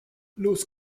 los